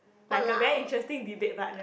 like a very interesting debate but never